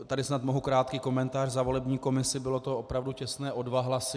Tady snad mohu krátký komentář za volební komisi, bylo to opravdu těsné o dva hlasy.